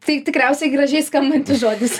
tai tikriausiai gražiai skambantis žodis